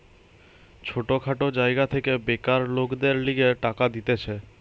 ছোট খাটো জায়গা থেকে বেকার লোকদের লিগে টাকা দিতেছে